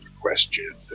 question